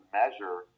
measure